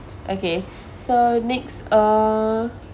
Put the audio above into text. okay so next uh